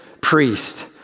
priest